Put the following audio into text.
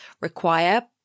require